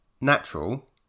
natural